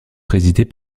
présidée